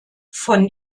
von